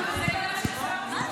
מה זה?